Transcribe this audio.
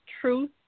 truth